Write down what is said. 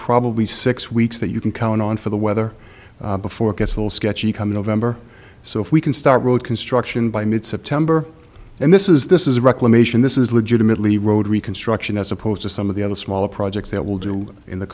probably six weeks that you can count on for the weather before it gets a little sketchy come november so if we can start road construction by mid september and this is this is reclamation this is legitimately road reconstruction as opposed to some of the other smaller projects that will do in the